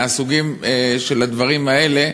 מהסוג של הדברים האלה,